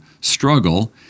struggle